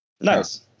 nice